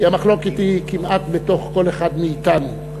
כי המחלוקת היא כמעט בתוך כל אחד מאתנו,